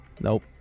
Nope